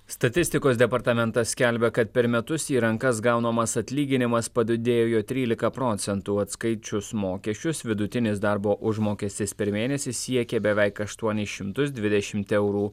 statistikos departamentas skelbia kad per metus į rankas gaunamas atlyginimas padidėjo trylika procentų atskaičius mokesčius vidutinis darbo užmokestis per mėnesį siekė beveik aštuonis šimtus dvidešimt eurų